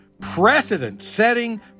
precedent-setting